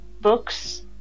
books